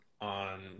on